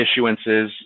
issuances